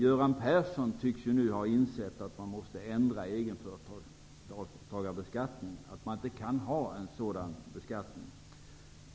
Göran Person tycks ha insett att man inte kan ha egenföretagarbeskattning och att man måste ändra detta.